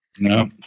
No